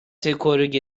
کره